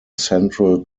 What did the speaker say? central